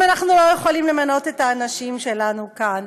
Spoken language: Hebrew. אם אנחנו לא יכולים למנות את האנשים שלנו כאן?